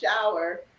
shower